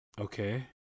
Okay